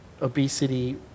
obesity